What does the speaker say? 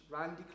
Randy